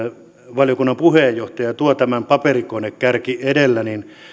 valiokunnan puheenjohtaja tuo tämän paperikonekärki edellä